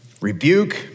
rebuke